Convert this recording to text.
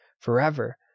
forever